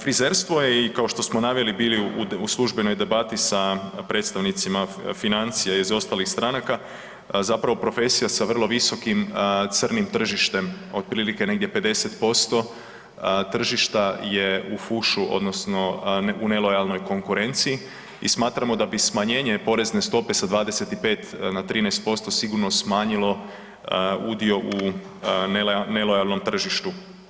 Frizerstvo je i kao što smo naveli bili u službenoj debati sa predstavnicima financije iz ostalih stranaka, zapravo profesija sa vrlo visokim crnim tržištem, otprilike negdje 50% tržišta je u fušu odnosno u nelojalnoj konkurenciji i smatramo da bi smanjenje porezne stope sa 25 sa 13% sigurno smanjilo udio u nelojalnom tržištu.